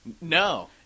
No